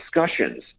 discussions